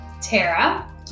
Tara